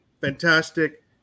fantastic